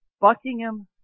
Buckingham